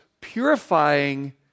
purifying